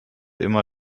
immer